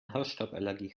hausstauballergie